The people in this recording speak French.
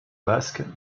basque